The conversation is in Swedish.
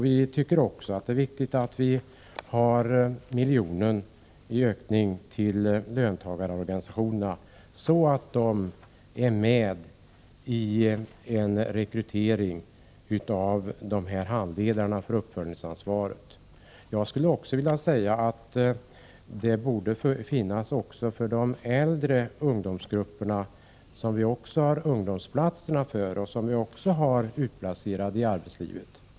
Vi menar också att det är viktigt att vi ökar anslaget till löntagarorganisationerna med 1 miljon, så att de när det gäller uppföljningsansvaret kan vara med i rekryteringen av handledare. Vi borde i detta sammanhang tänka också på de äldre ungdomsgrupperna, som vi har utplacerade i arbetslivet på ungdomsplatser.